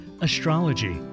astrology